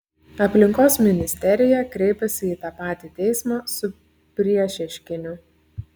aplinkos ministerija kreipėsi į tą patį teismą su priešieškiniu